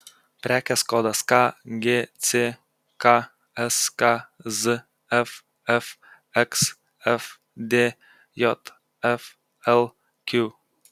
prekės kodas kgck skzf fxfd jflq